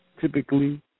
Typically